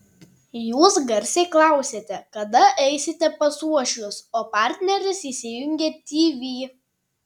jūs garsiai klausiate kada eisite pas uošvius o partneris įsijungia tv